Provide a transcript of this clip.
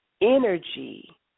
energy